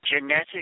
genetic